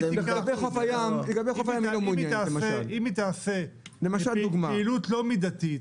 אם היא תעשה פעילות לא מידתית,